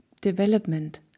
Development